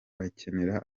bakenera